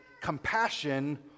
compassion